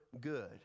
Good